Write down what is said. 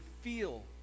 feel